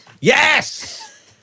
Yes